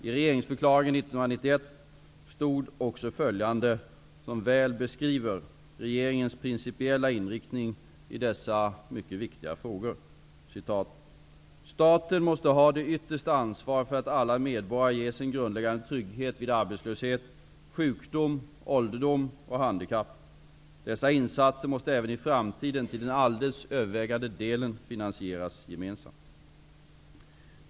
I regeringsförklaringen 1991 stod också följande -- som väl beskriver regeringens principiella inriktning i dessa mycket viktiga frågor: ''Staten måste ha det yttersta ansvaret för att alla medborgare ges en grundläggande trygghet vid arbetslöshet, sjukdom, ålderdom och handikapp. Dessa insatser måste även i framtiden till den alldeles övervägande delen finansieras gemensamt.